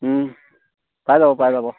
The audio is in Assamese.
পাই যাব পাই যাব